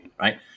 right